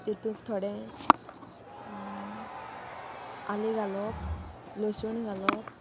तातूंक थोडे आलें घालप लसूण घालप